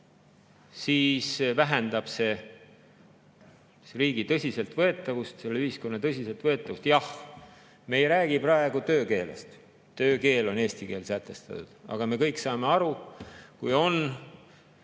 siis vähendab see riigi tõsiseltvõetavust, ühiskonna tõsiseltvõetavust. Jah, me ei räägi praegu töökeelest, töökeelena on eesti keel sätestatud, aga me kõik saame aru, et kui